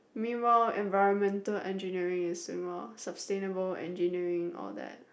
meanwhile Environmental Engineering is similar Sustainable Engineering all that